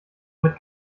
mit